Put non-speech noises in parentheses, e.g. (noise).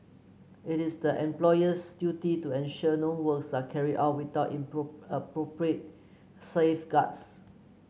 it is the employer's duty to ensure no works are carried out without (unintelligible) appropriate safeguards